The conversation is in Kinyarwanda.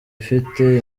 ifite